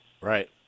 Right